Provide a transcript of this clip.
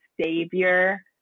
savior